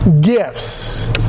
gifts